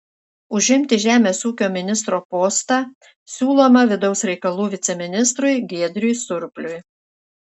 užimti žemės ūkio ministro postą siūloma vidaus reikalų viceministrui giedriui surpliui